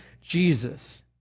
Jesus